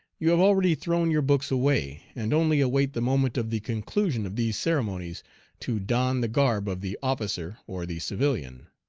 you have already thrown your books away, and only await the moment of the conclusion of these ceremonies to don the garb of the officer or the civilian.